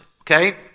okay